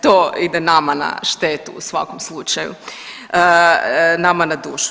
To ide nama na štetu u svakom slučaju, nama na dušu.